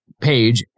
page